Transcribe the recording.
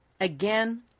again